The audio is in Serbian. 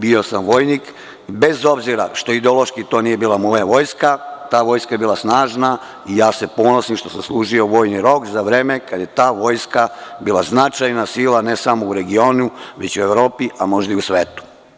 Bio sam vojnik bez obzira što ideološki to nije bila moja vojska, ta vojska je bila snažna i ja se ponosim što sam služio vojni rok za vreme kada je ta vojska bila značajna sila, ne samo u regionu već i u Evropi, a možda i u svetu.